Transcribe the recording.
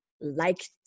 liked